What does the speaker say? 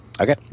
Okay